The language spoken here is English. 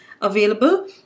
available